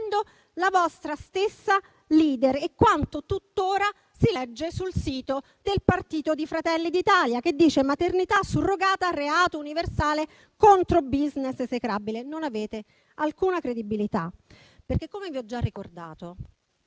la vostra stessa *leader* e quanto tuttora si legge sul sito del partito Fratelli d'Italia: maternità surrogata, reato universale contro *business* esecrabile. Non avete alcuna credibilità. Come vi ho già ricordato,